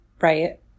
right